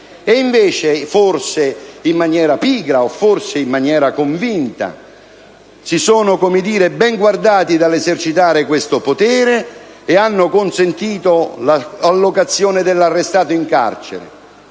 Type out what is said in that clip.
invece, forse in maniera pigra o forse in maniera convinta, si sono ben guardati dall'esercitare questo potere e hanno consentito l'allocazione dell'arrestato in carcere,